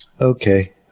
Okay